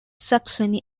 saxony